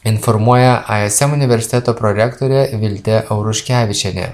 informuoja aiesem universiteto prorektorė viltė auruškevičienė